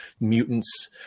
mutants